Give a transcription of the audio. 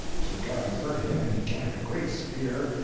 sir gareth heard him, and he gat a great spear,